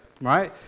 right